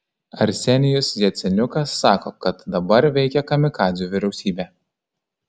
arsenijus jaceniukas sako kad dabar veikia kamikadzių vyriausybė